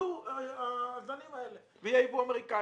ייפלו הזנים האלה ויהיה יבוא אמריקאי.